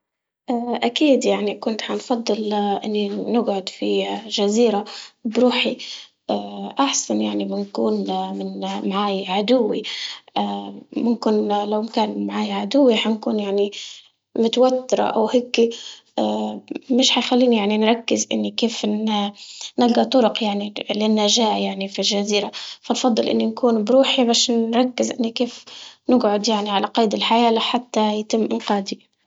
أكيد يعني كنت حنفضل نقعد في جزيرة بروحي أحسن، يعني بنكون من معاي عدوي ممكن لو كان معاي عدوي حنكون يعني متوترة أو هيكي مش حيخليني يعني نركز إني كيف ن- نلقى طرق يعني للنجاة يعني في جزيرة، فنفضل إني نكون بروحي باش نركز إني كيف نقعد يعني على قيد الحياة لحتى يتم انقاذي.